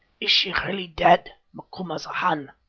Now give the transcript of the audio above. is she really dead, macumazahn?